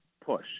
push